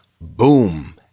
boom